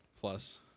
plus